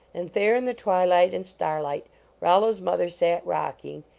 and there in the twilight and starlight rollo s mother sat rock ing,